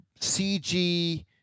CG